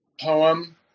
poem